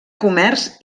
comerç